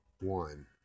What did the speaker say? One